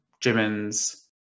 Jimin's